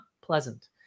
pleasant